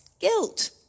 guilt